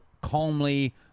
calmly